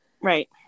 Right